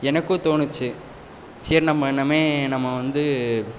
எனக்கும் தோணுச்சு சேரி நம்ம இன்னுமே நம்ம வந்து